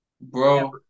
Bro